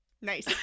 Nice